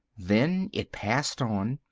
then it passed on,